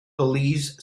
belize